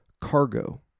cargo